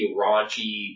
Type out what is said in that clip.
raunchy